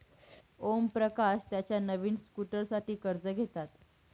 ओमप्रकाश त्याच्या नवीन स्कूटरसाठी कर्ज घेतात